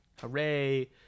Hooray